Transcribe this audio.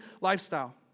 lifestyle